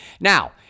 Now